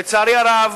לצערי הרב